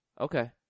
Okay